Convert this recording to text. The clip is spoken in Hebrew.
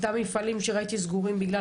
אותם מפעלים שראיתי שהם סגורים בגלל